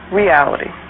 reality